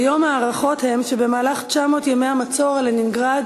כיום ההערכות הן שבמהלך 900 ימי המצור על לנינגרד